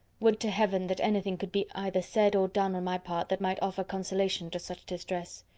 would to heaven that anything could be either said or done on my part that might offer consolation to such distress!